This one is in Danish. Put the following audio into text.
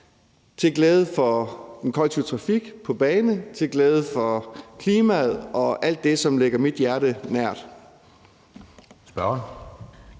til glæde for den kollektive trafik på bane og til glæde for klimaet, og det er alt det, som ligger mit hjerte nær.